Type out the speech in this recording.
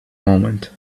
moment